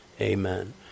Amen